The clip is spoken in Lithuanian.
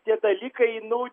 tie dalykai nu